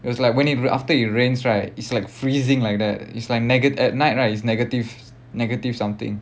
it was like when it after it rains right it's like freezing like that it's like negat~ at night right is negative negative something